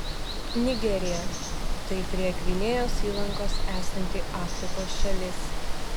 nigerija tai prie gvinėjos įlankos esanti afrikos šalis